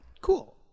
Cool